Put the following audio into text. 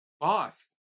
Boss